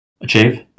achieve